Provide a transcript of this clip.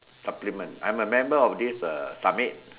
supplement I am a member of this a submit